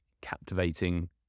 captivating